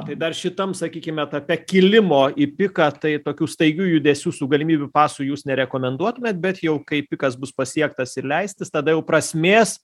tai dar šitam sakykim etape kilimo į piką tai tokių staigių judesių su galimybių pasu jūs nerekomenduotumėt bet jau kai pikas bus pasiektas ir leistis tada jau prasmės